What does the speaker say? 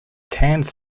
tanned